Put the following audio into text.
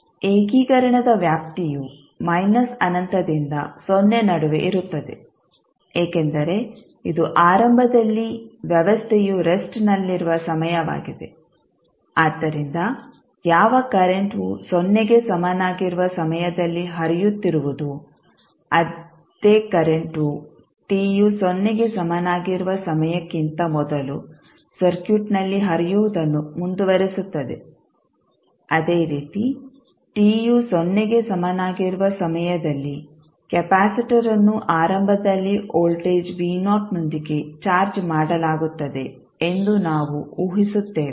ಏಕೀಕರಣದ ವ್ಯಾಪ್ತಿಯು ಮೈನಸ್ ಅನಂತದಿಂದ ಸೊನ್ನೆ ನಡುವೆ ಇರುತ್ತದೆ ಏಕೆಂದರೆ ಇದು ಆರಂಭದಲ್ಲಿ ವ್ಯವಸ್ಥೆಯು ರೆಸ್ಟ್ನಲ್ಲಿರುವ ಸಮಯವಾಗಿದೆ ಆದ್ದರಿಂದ ಯಾವ ಕರೆಂಟ್ವು ಸೊನ್ನೆಗೆ ಸಮನಾಗಿರುವ ಸಮಯದಲ್ಲಿ ಹರಿಯುತ್ತಿರುವುದೋ ಅದೇ ಕರೆಂಟ್ವು t ಯು ಸೊನ್ನೆಗೆ ಸಮನಾಗಿರುವ ಸಮಯಕ್ಕಿಂತ ಮೊದಲು ಸರ್ಕ್ಯೂಟ್ನಲ್ಲಿ ಹರಿಯುವುದನ್ನು ಮುಂದುವರಿಸುತ್ತದೆ ಅದೇ ರೀತಿ t ಯು ಸೊನ್ನೆಗೆ ಸಮನಾಗಿರುವ ಸಮಯದಲ್ಲಿ ಕೆಪಾಸಿಟರ್ಅನ್ನು ಆರಂಭದಲ್ಲಿ ವೋಲ್ಟೇಜ್ ನೊಂದಿಗೆ ಚಾರ್ಜ್ ಮಾಡಲಾಗುತ್ತದೆ ಎಂದು ನಾವು ಊಹಿಸುತ್ತೇವೆ